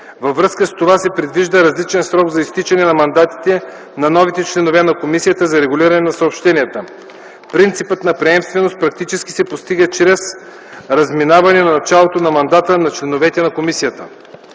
Във връзка с това се предвижда различен срок за изтичане на мандатите на новите членове на Комисията за регулиране на съобщенията. Принципът за приемственост практически се постига чрез „разминаване” на началото на мандата на членовете на комисията.